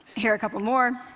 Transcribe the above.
here are a couple more.